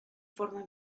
forma